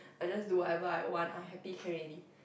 and those do ever I want I happy clarity